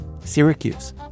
Syracuse